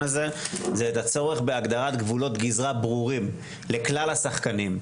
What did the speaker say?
הזה זה את הצורך בהגדרת גבולות גזרה ברורים לכלל השחקנים,